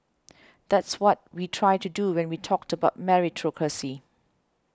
that's what we try to do when we talked about meritocracy